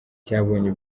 cyabonye